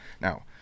Now